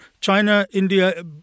China-India